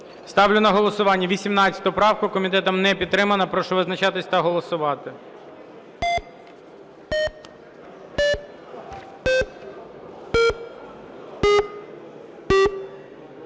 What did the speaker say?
Ставлю на голосування 18 правку. Комітетом не підтримана. Прошу визначатись та голосувати.